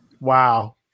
Wow